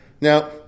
Now